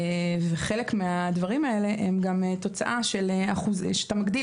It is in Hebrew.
חלק מהדברים האלה הם תוצאה של כשאתה מגדיל